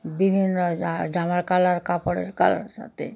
বিভিন্ন যা জামার কালার কাপড়ের কালার সাথে